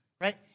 right